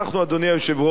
אדוני היושב-ראש,